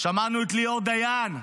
שמענו את ליאור דיין,